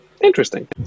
interesting